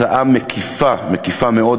הצעה מקיפה מאוד,